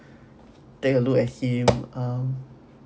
take a look at him um